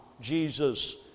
Jesus